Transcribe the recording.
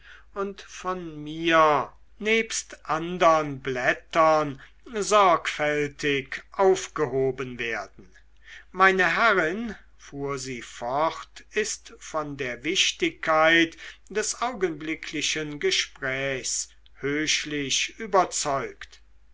und von mir nebst andern blättern sorgfältig aufgehoben werden meine herrin fuhr sie fort ist von der wichtigkeit des augenblicklichen gesprächs höchlich überzeugt